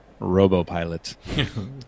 RoboPilot